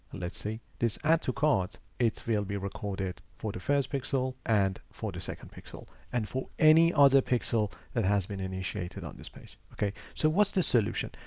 let's see this add to cart it will be recorded for the first pixel and for the second pixel and for any other pixel that has been initiated on this page. okay, so what's the solution?